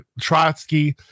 Trotsky